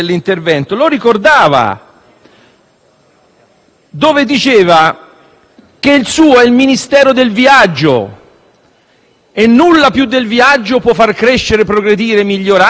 detto che il suo è il «Ministero del viaggio» e che «nulla più del viaggio può far crescere, progredire, migliorare e, in definitiva, può far sognare tante persone».